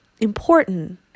important